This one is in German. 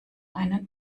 einen